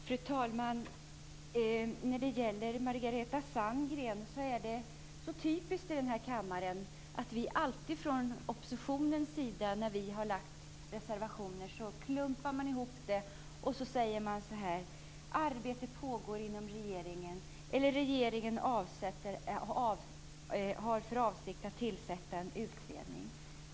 Fru talman! Det är så typiskt för Margareta Sandgren att när vi från oppositionen har fogat reservationer säga att arbete pågår i regeringen eller att regeringen har för avsikt att tillsätta en utredning.